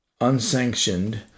unsanctioned